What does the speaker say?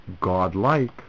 God-like